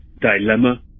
dilemma